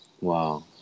wow